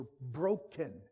broken